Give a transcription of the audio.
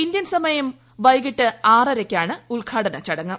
Indian സമയം വൈകിട്ട് ആറരയ്ക്കാണ് ഉദ്ഘാടന ചടങ്ങ്